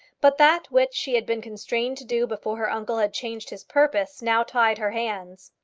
but that which she had been constrained to do before her uncle had changed his purpose now tied her hands.